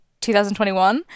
2021